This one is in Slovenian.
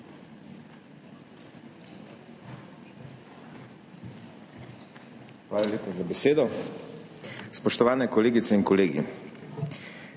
Hvala lepa za besedo. Spoštovani kolegice in kolegi!